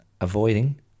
avoiding